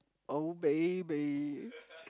oh baby